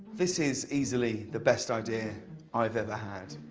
this is easily the best idea i have ever had,